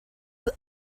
seen